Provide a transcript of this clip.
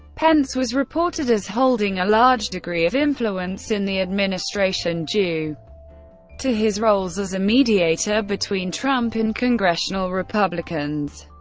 pence was reported as holding a large degree of influence in the administration due to his roles as a mediator between trump and congressional republicans,